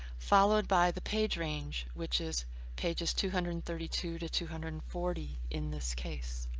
followed by the page range, which is pages two hundred and thirty two to two hundred and forty in this case.